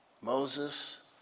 Moses